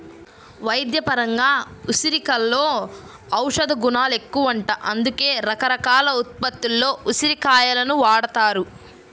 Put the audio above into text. వైద్యపరంగా ఉసిరికలో ఔషధగుణాలెక్కువంట, అందుకే రకరకాల ఉత్పత్తుల్లో ఉసిరి కాయలను వాడతారు